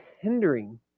hindering